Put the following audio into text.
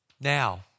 Now